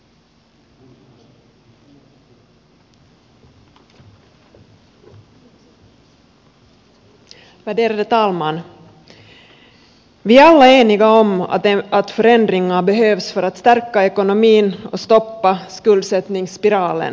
vi är alla eniga om att förändringar behövs för att stärka ekonomin och stoppa skuldsättningsspiralen